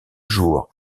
jour